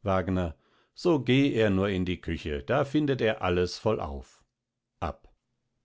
wagner so geh er nur in die küche da findet er alles vollauf ab